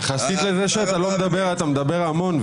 יחסית לזה שאתה לא מדבר אתה מדבר המון,